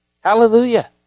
Hallelujah